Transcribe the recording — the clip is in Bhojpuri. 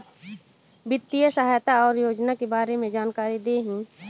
वित्तीय सहायता और योजना के बारे में जानकारी देही?